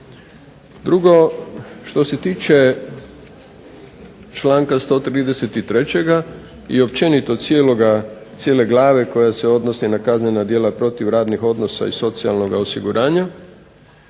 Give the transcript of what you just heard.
Drugo, što se tiče članka 133. i općenito cijele glave koja se odnosi na kaznena djela protiv radnih odnosa i socijalnoga osiguranja